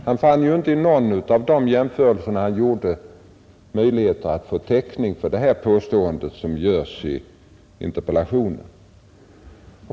Han fann ju inte i någon av de jämförelser han gjorde bevis för detta påstående i interpellationen.